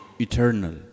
eternal